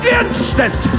instant